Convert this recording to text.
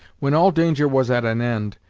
when all danger was at an end,